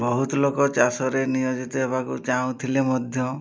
ବହୁତ ଲୋକ ଚାଷରେ ନିୟୋଜିତ ହେବାକୁ ଚାହୁଁଥିଲେ ମଧ୍ୟ